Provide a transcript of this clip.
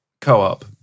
Co-op